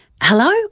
Hello